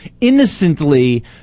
innocently